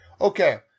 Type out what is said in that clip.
Okay